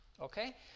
okay